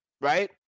right